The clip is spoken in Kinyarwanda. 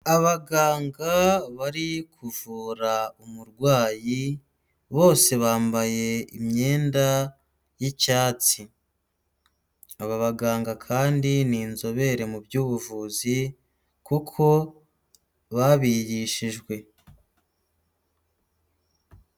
Abaganga bari kuvura umurwayi, bose bambaye imyenda y'icyatsi, aba baganga kandi ni inzobere mu by'ubuvuzi kuko babyigishijwe.